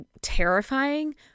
Terrifying